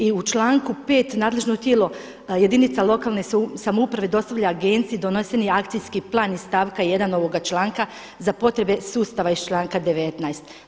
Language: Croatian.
I u članku 5. nadležno tijelo jedinica lokalne samouprave dostavlja Agenciji doneseni akcijski plan iz stavka 1. ovoga članka za potrebe sustava iz članka 19.